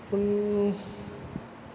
पूण